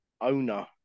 owner